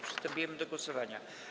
Przystępujemy do głosowania.